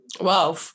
Wow